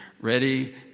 ready